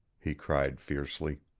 he cried fiercely.